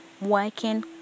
working